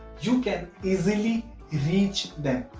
you can easily reach them.